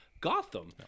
Gotham